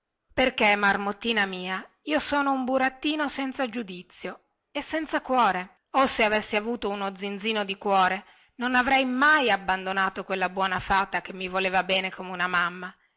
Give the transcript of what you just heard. perché marmottina mia io sono un burattino senza giudizio e senza cuore oh se avessi avuto un zinzino di cuore non avrei mai abbandonato quella buona fata che mi voleva bene come una mamma